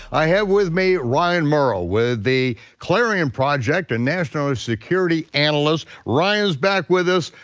i have with me ryan mauro with the clarion project, a national ah security analyst. ryan's back with us.